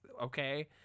okay